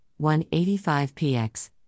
185px